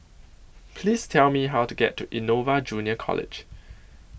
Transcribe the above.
Please Tell Me How to get to Innova Junior College